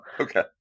Okay